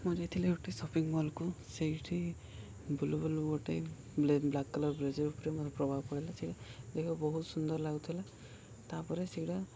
ମୁଁ ଯାଇଥିଲି ଗୋଟେ ସପିଂ ମଲ୍କୁ ସେଇଠି ବୁଲୁ ବୁଲୁ ଗୋଟେ ବ୍ଲାକ୍ କଲର୍ ବ୍ଲେଜର୍ ଉପରେ ମୋର ପ୍ରଭାବ ପଡ଼ିଲା ସେ ଦେଖିବା ବହୁତ ସୁନ୍ଦର ଲାଗୁଥିଲା ତା'ପରେ ସେଇଟା